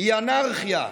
היא אנרכיה",